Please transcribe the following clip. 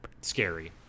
Scary